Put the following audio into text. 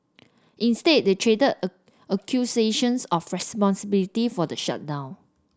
instead they traded accusations of responsibility for the shutdown